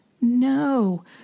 No